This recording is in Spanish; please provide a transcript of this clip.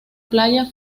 playa